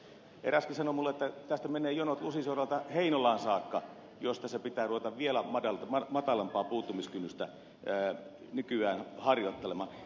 eräskin sanoi minulle että tästä menee jonot lusin suoralta heinolaan saakka jos tässä pitää ruveta vielä matalampaa puuttumiskynnystä nykyään harjoittelemaan